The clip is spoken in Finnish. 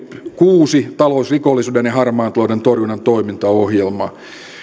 kuusi talousrikollisuuden ja harmaan talouden torjunnan toimintaohjelmaa